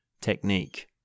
technique